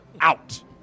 out